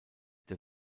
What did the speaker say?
der